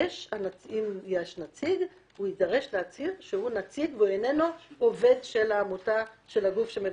אם יש נציג הוא יצטרך להצהיר שהוא אינו עובד של הגוף המבקש.